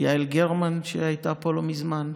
ויעל גרמן, שהייתה פה לא מזמן,